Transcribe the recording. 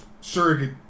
surrogate